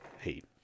heat